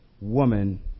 woman